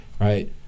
right